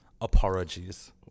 Apologies